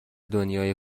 دنیای